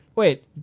Wait